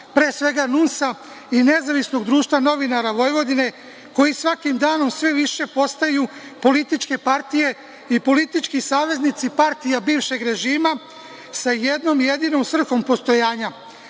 pre svega NUNS-a i Nezavisnog društva novinara Vojvodine, koji svakim danom sve više postaju političke partije i politički saveznici partija bivšeg režima, sa jednom jedinom svrhom postojanja